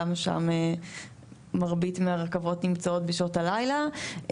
גם שם מרבית מהרכבות נמצאות בשעות הלילה.